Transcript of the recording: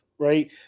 right